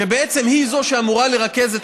ובעצם היא זו שאמורה לרכז,